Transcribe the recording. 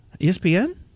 ESPN